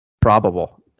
probable